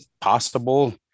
possible